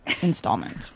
installment